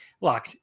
look